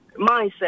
mindset